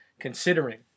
considering